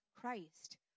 Christ